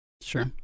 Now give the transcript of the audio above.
sure